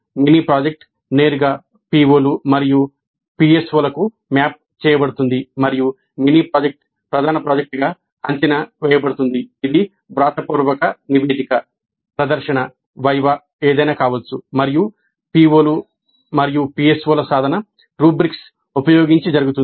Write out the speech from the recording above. mini project నేరుగా పిఒలు మరియు పిఎస్ఓలకు మ్యాప్ చేయబడుతుంది మరియు మినీ ప్రాజెక్ట్ ప్రధాన ప్రాజెక్టుగా అంచనా వేయబడుతుంది ఇది వ్రాతపూర్వక నివేదిక ప్రదర్శన వైవా కావచ్చు మరియు పిఒలు మరియు పిఎస్ఓల సాధన రుబ్రిక్స్ ఉపయోగించి జరుగుతుంది